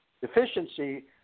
deficiency